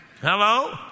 Hello